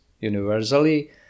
universally